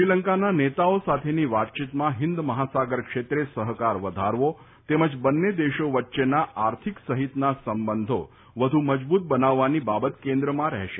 શ્રીલંકાના નેતાઓ સાથેની વાતચીતમાં હિંદ મહાસાગર ક્ષેત્રે સહકાર વધારવો તેમજ બંને દેશો વચ્ચેના આર્થિક સહિતના સંબંધો વ્ધુ મજબૂત બનાવવાની બાબત કેન્દ્રમાં રહેશે